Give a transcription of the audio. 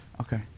Okay